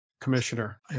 commissioner